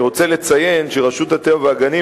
אני רוצה לציין שרשות הטבע והגנים